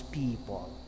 people